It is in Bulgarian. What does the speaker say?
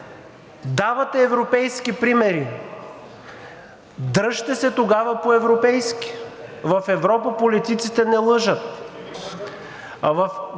Давате европейски примери – дръжте се тогава по европейски. В Европа политиците не лъжат.